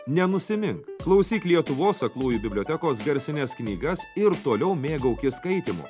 nenusimink klausyk lietuvos aklųjų bibliotekos garsines knygas ir toliau mėgaukis skaitymu